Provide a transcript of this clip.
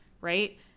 right